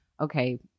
okay